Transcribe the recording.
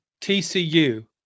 TCU